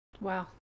Wow